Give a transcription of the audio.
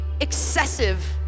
excessive